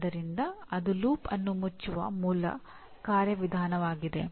ಆದ್ದರಿಂದ ಅದು ಲೂಪ್ ಅನ್ನು ಮುಚ್ಚುವ ಮೂಲ ಕಾರ್ಯವಿಧಾನವಾಗಿದೆ